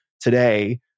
today